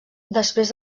després